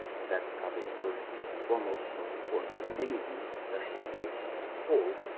so that's probably the first, and foremost, most important for many of you, especially based on that poll,